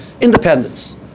Independence